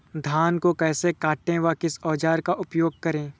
धान को कैसे काटे व किस औजार का उपयोग करें?